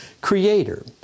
Creator